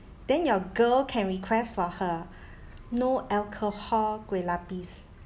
then your girl can request for her no alcohol kueh lapis